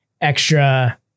extra